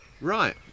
Right